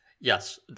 Yes